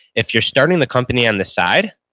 if you're starting the company on the side,